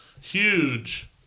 huge